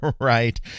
Right